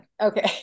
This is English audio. okay